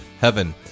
heaven